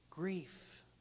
grief